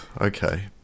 okay